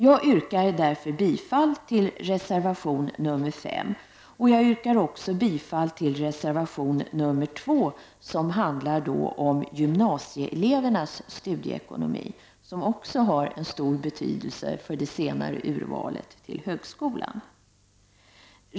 Jag yrkar bifall till reservation 5 och till reservation 2, som handlar om gymnasieelevernas studieekonomi, vilken också har stor betydelse för det senare urvalet till högskolan.